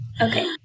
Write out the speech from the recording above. Okay